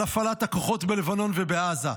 על הפעלת הכוחות בלבנון ובעזה.